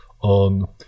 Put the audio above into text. on